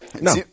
No